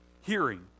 hearing